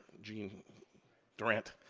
gene durant,